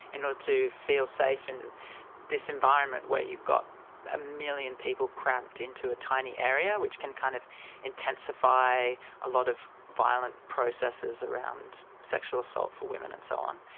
in order to feel safe in this environment where you've got a million people cramped into a tiny area, which can kind of intensify a lot of violent processes around sexual assault for women and so on.